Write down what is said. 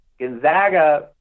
Gonzaga